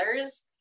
others